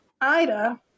Ida